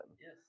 Yes